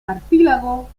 cartílago